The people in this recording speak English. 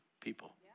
people